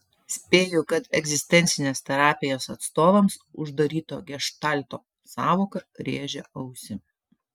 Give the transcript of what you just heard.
spėju kad egzistencinės terapijos atstovams uždaryto geštalto sąvoka rėžia ausį